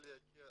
בבקשה.